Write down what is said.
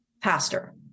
pastor